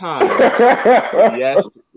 Yes